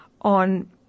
on